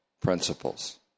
principles